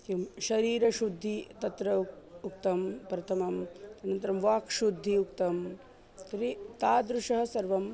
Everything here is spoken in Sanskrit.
किं शरीरशुद्धिः तत्र उक् उक्तं प्रथमम् अनन्तरं वाक्शुद्धिः उक्तं तर्हि तादृशः सर्वम्